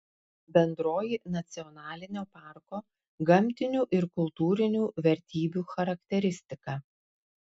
bendroji nacionalinio parko gamtinių ir kultūrinių vertybių charakteristika